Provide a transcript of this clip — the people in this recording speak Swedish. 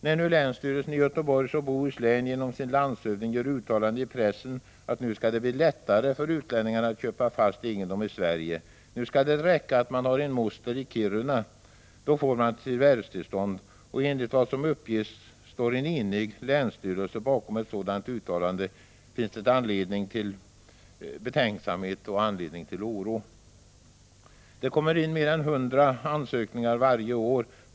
När nu länsstyrelsen i Göteborgs och Bohus län genom sin landshövding gör uttalande i pressen att det nu skall bli lättare för utlänningar att köpa fast egendom i Sverige och att det nu skall räcka att man har en moster i Kiruna för att få förvärvstillstånd — och enligt vad som uppges står en enig länsstyrelse bakom ett sådant uttalande — finns det anledning till betänksamhet och oro. Det kommer in mer än 100 ansökningar varje år.